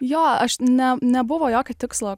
jo aš ne nebuvo jokio tikslo